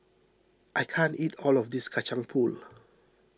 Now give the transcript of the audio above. I can't eat all of this Kacang Pool